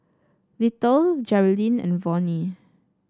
Little Jerilyn and Vonnie